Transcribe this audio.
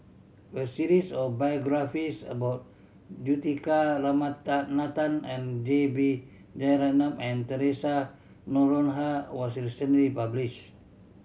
a series of biographies about Juthika Ramanathan and J B Jeyaretnam and Theresa Noronha was recently published